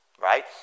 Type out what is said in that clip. right